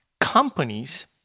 companies